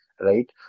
right